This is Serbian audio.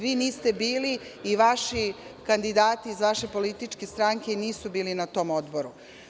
Vi niste bili i vaši kandidati, iz vaše političke stranke, nisu bili na tom odboru.